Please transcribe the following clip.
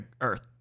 Earth